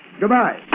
Goodbye